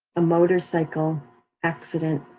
a motorcycle accident.